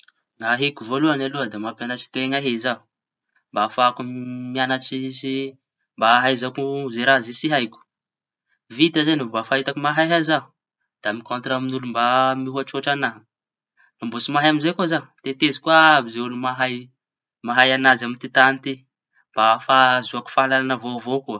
Ahiako voalohañy aloha da mampianatsy teña e zaho. Mba ahafahako miañatsy sy ahaizako zay raha tsy haiko. Vita aloha zay efa hitako mahaihay zaho. Da mikaontra amin'olo mba mihoatra hoatra añahy mbô tsy mahay amizay. Koa zaho teteziko àby zay olo mahay, mahay añazy amy ty tañy ty mba ahafa - ahazoako fahalalaña vaovao koa.